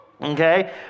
Okay